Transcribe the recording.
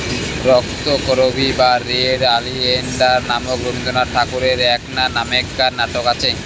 রক্তকরবী বা red oleander নামক রবীন্দ্রনাথ ঠাকুরের এ্যাকনা নামেক্কার নাটক আচে